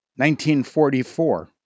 1944